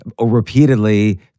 repeatedly